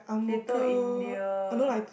Little India